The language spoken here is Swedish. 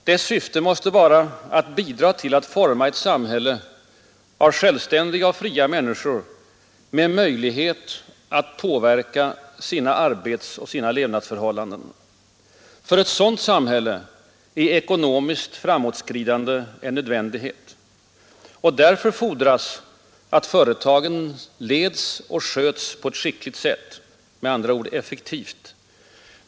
Dess syfte måste vara att bidra till att forma ett samhälle av självständiga och fria människor med möjlighet att påverka sina arbetsoch levnadsförhållanden. För ett sådant samhälle är ekonomiskt framåtskridande en nödvändighet. Och därför fordras att företagen leds och sköts på ett skickligt sätt, med andra ord effektivt.